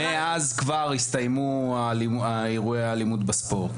מאז כבר הסתיימו אירועי האלימות בספורט.